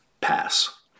Pass